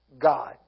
God